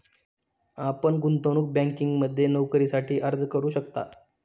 आपण गुंतवणूक बँकिंगमध्ये नोकरीसाठी अर्ज करू शकता